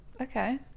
Okay